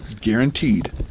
guaranteed